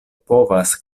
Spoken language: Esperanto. povas